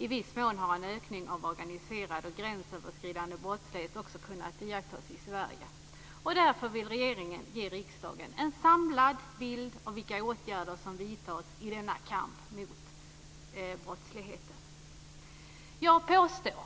I viss mån har en ökning av organiserad, gränsöverskridande brottslighet också kunnat iakttas i Sverige. Därför vill regeringen ge riksdagen en samlad bild av vilka åtgärder som vidtas i denna kamp mot brottsligheten. Jag påstår